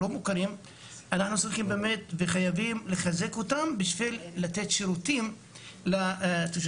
אנחנו צריכים וחייבים לחזק אותם בשביל לתת שירותים לתושבים.